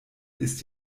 ist